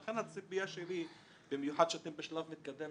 ולכן הציפייה שלי במיוחד כשאתם בשלב מתקדם,